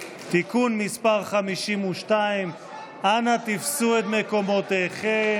(תיקון מס' 52). אנא תפסו את מקומותיכם.